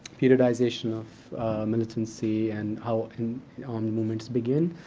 periodization of militancy, and how and um movements begin,